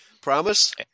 Promise